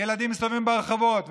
ילדים מסתובבים ברחובות.